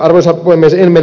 arvoisa puhemies